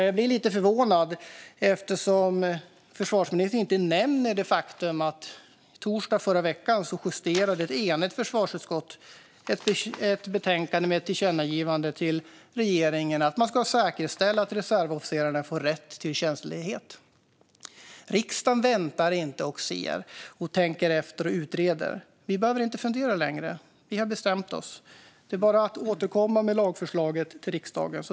Jag blir lite förvånad över att försvarsministern inte nämner det faktum att ett enigt försvarsutskott i torsdags i förra veckan justerade ett betänkande med ett tillkännagivande till regeringen att säkerställa att reservofficerarna får rätt till tjänstledighet. Riksdagen väntar inte och ser. Vi tänker inte efter och utreder. Vi behöver inte fundera längre, utan vi har bestämt oss. Det är bara att återkomma med lagförslaget till riksdagen.